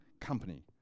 company